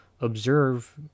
observe